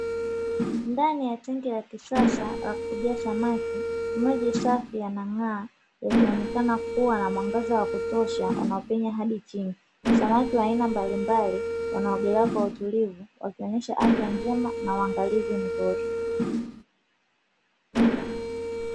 Ndani ya tenki la kisasa la kufugia samaki, maji safi yanang’aa yakionekana kuwa na mwangaza wa kutosha unaopenye hadi chini, samaki wa aina mbalimbali wanaogelea kwa utulivu, wakionyesha afya njema na uangalizi mzuri.